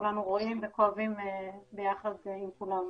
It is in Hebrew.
כולנו רואים וכואבים ביחד עם כולם.